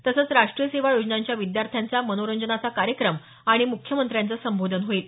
तसंच राष्ट्रीय सेवा योजनांच्या विद्यार्थ्यांचा मनोरंजनाचा कार्यक्रम आणि मुख्यमंत्र्यांचं संबोधन होईल